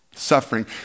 suffering